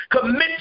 Commit